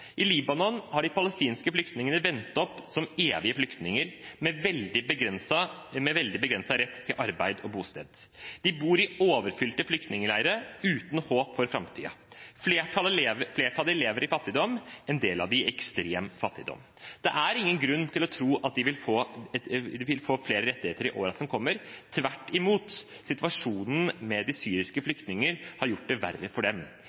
I Libanon har de palestinske flyktningene endt opp som evige flyktninger med veldig begrenset rett til arbeid og bosted. De bor i overfylte flyktningleirer uten håp for framtiden. Flertallet av dem lever i fattigdom, en del av dem i ekstrem fattigdom. Det er ingen grunn til å tro at de vil få flere rettigheter i årene som kommer. Tvert imot – situasjonen med de syriske flyktningene har gjort det verre for dem.